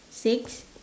six